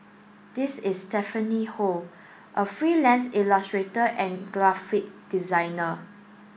this is Stephanie Ho a freelance illustrator and graphic designer